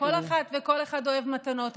כל אחת וכל אחד אוהב מתנות,